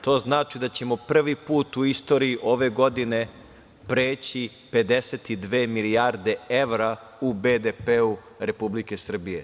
To znači da ćemo prvi put u istoriji ove godine preći 52 milijarde evra u BDP Republike Srbije.